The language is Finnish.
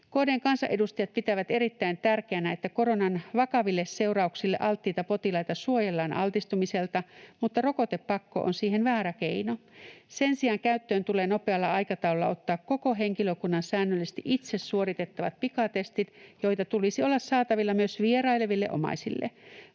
KD:n kansanedustajat pitävät erittäin tärkeänä, että koronan vakaville seurauksille alttiita potilaita suojellaan altistumiselta, mutta rokotepakko on siihen väärä keino. Sen sijaan käyttöön tulee nopealla aikataululla ottaa koko henkilökunnan säännöllisesti itse suorittamat pikatestit, joita tulisi olla saatavilla myös vieraileville omaisille.